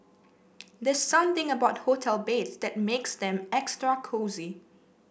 there's something about hotel bed that makes them extra cosy